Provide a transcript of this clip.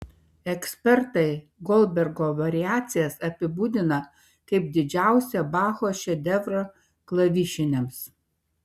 ekspertai goldbergo variacijas apibūdina kaip didžiausią bacho šedevrą klavišiniams